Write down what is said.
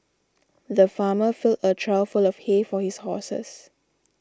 the farmer filled a trough full of hay for his horses